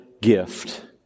gift